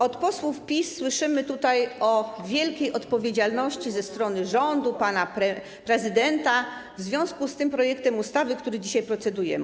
Od posłów PiS słyszymy tutaj o wielkiej odpowiedzialności ze strony rządu, pana prezydenta, w związku z tym projektem ustawy, nad którym dzisiaj procedujemy.